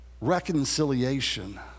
Reconciliation